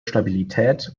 stabilität